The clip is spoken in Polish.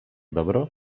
dobro